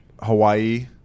Hawaii